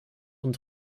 und